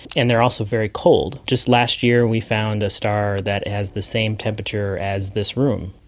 and they are also very cold. just last year we found a star that has the same temperature as this room,